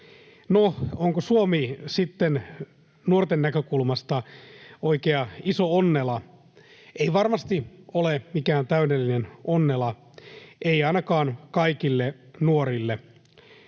onko Suomi sitten nuorten näkökulmasta oikea iso onnela? Ei varmasti ole mikään täydellinen onnela, ei ainakaan kaikille nuorille.